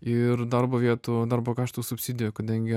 ir darbo vietų darbo kaštų subsidijų kadangi